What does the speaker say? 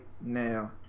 now